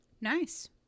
nice